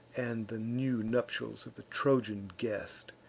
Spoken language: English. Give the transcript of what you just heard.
and the new nuptials of the trojan guest.